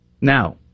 Now